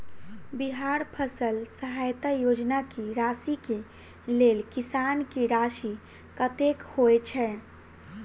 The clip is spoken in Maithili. बिहार फसल सहायता योजना की राशि केँ लेल किसान की राशि कतेक होए छै?